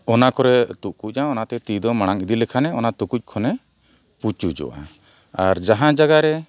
ᱚᱱᱟ ᱠᱚᱨᱮ ᱛᱩᱠᱩᱡᱼᱟ ᱚᱱᱟᱛᱮ ᱛᱤᱫᱚ ᱢᱟᱲᱟᱝ ᱤᱫᱤ ᱞᱮᱠᱷᱟᱱᱮ ᱚᱱᱟ ᱛᱩᱠᱩᱡ ᱠᱷᱚᱱᱮ ᱯᱩᱪᱩᱡᱚᱜᱼᱟ ᱟᱨ ᱡᱟᱦᱟᱸ ᱡᱟᱭᱜᱟ ᱨᱮ